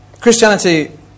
Christianity